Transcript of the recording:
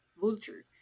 Vulture